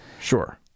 Sure